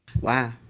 Wow